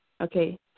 Okay